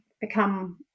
become